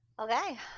Okay